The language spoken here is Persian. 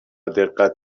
دقت